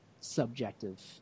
subjective